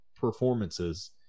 performances